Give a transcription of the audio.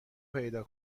پیدا